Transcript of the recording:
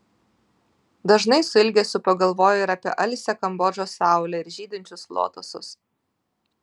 dažnai su ilgesiu pagalvoju ir apie alsią kambodžos saulę ir žydinčius lotosus